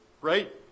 right